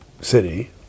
city